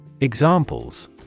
Examples